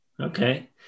okay